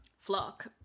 flock